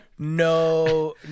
No